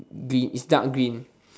gr~ it's dark green